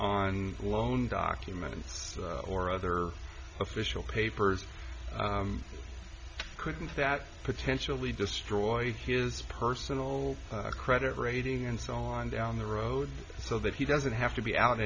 on loan documents or other official papers couldn't that potentially destroy his personal credit rating and so on down the road so that he doesn't have to be out